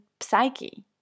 psyche